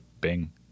Bing